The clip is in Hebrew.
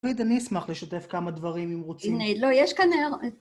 עוד אני אשמח לשותף כמה דברים אם רוצים. הנה, לא, יש כנראה...